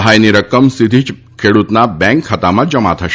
સહાયની રકમ સીધી જ ખેડ્રતના બેન્ક ખાતામાં જમા થશે